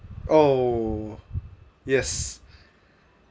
oh yes